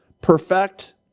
perfect